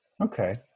Okay